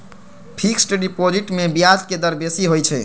fixed deposit में ब्याज के दर बेशी होइ छइ